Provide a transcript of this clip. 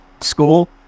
school